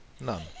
None